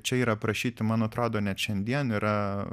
čia yra aprašyti man atrodo net šiandien yra